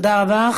תודה רבה.